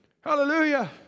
Hallelujah